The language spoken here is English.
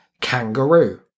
Kangaroo